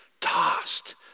Tossed